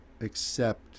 accept